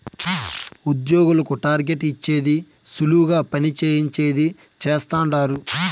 ఉద్యోగులకు టార్గెట్ ఇచ్చేది సులువుగా పని చేయించేది చేస్తండారు